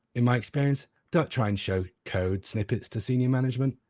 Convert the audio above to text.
in my experience, don't try and show code snippets to senior management.